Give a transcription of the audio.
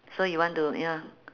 so you want to ya